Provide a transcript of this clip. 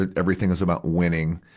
ah everything is about winning.